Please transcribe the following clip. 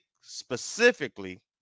specifically